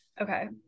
okay